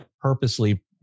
purposely